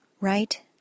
right